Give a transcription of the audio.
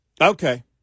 Okay